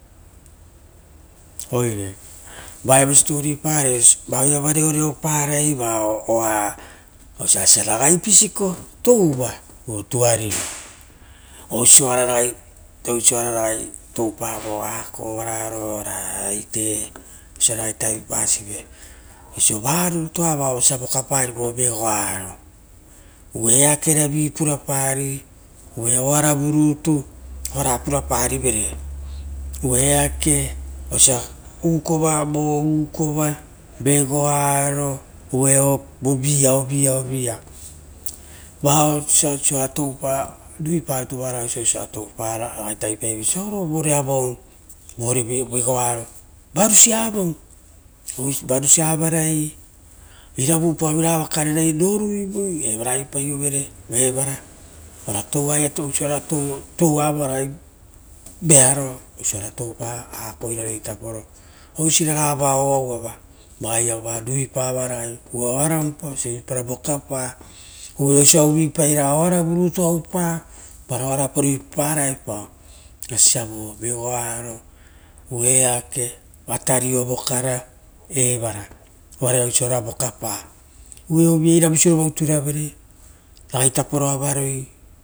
Oire vaoia va reoreopara vao oa vosia ragai pusiko touva voari tuariri osio ragai toupa akova vaio nivaraia ora aite. Ragai tavi pasivo oisio varutua vao vosia vokaparivo vegoaro uva eakearavi purapari ou. Oara vurutu oara purapari vere uva eake vosia vo ukova ora vo vegoaro, vo viavia ia vao osiosa toupa ruiparutu ieva. Ragai tavipaive oisio auoro avau vore vegoaro vanisia avau; iravu upoavoi rava karerai roruivo evara aiopaiovere evara uvare toua eva vo ragai vearoa toupa akovaio taporo. Vao mipa vao raga oaravu pa oisisia uvupai ra vokapa. Uvare osia uvuipai ra oaravurutu oupa vara o pa mipaparaepao eisi osia vo vegoaro ieva eake vatario oo ue eravu sovara ia uturavere ragai tapo avaroi.